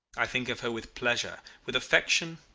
i think of her with pleasure, with affection,